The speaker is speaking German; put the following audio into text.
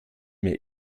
mir